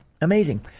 Amazing